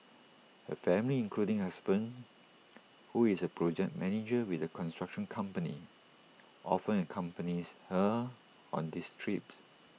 her family including her husband who is A project manager with A construction company often accompanies her on these trips